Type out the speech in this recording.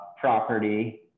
property